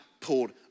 pulled